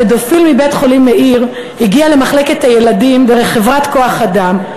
הפדופיל מבית-החולים "מאיר" הגיע למחלקת הילדים דרך חברת כוח-אדם,